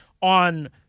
on